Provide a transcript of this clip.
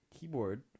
keyboard